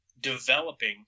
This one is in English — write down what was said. developing